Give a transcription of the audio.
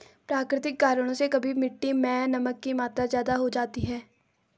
प्राकृतिक कारणों से कभी मिट्टी मैं नमक की मात्रा ज्यादा हो जाती है